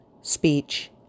speech